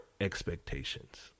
expectations